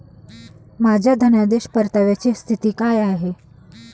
माझ्या धनादेश परताव्याची स्थिती काय आहे?